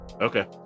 okay